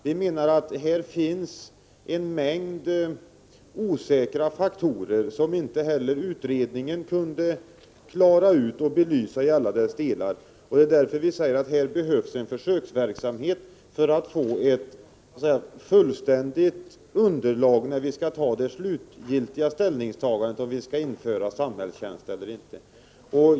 Vi menar att här finns en mängd osäkra faktorer, som inte heller utredningen kunde klara ut och belysa i alla delar. Därför säger vi att här behövs en försöksverksamhet för att man skall få ett fullständigt underlag för det slutgiltiga ställningstagandet om vi skall införa samhällstjänst eller inte.